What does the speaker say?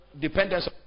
Dependence